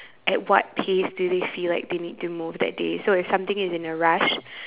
at what pace do they feel like they need to move that day so if something is in a rush